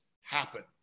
happen